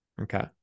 okay